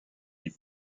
des